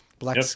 black